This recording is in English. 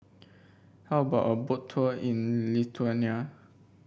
how about a Boat Tour in Lithuania